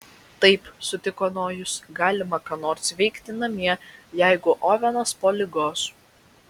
taip sutiko nojus galima ką nors veikti namie jeigu ovenas po ligos